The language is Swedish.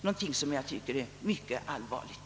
Det tycker jag är mycket allvarligt.